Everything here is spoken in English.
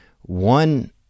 one